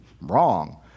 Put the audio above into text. wrong